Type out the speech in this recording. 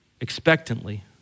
expectantly